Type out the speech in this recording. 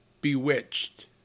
bewitched